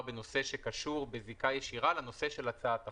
בנושא שקשור בזיקה ישירה לנושא של הצעת החוק.